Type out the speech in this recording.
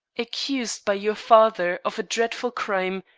accused by your father of a dreadful crime,